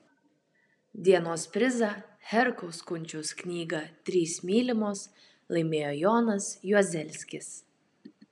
dienos prizą herkaus kunčiaus knygą trys mylimos laimėjo jonas juozelskis